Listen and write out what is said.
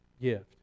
gift